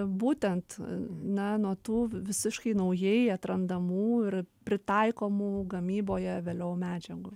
būtent na nuo tų visiškai naujai atrandamų ir pritaikomų gamyboje vėliau medžiagų